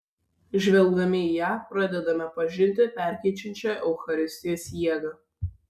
žvelgdami į ją pradedame pažinti perkeičiančią eucharistijos jėgą